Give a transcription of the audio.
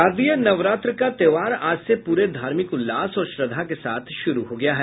शारदीय नवरात्र का त्योहार आज से पूरे धार्मिक उल्लास और श्रद्धा के साथ शुरु हो गया है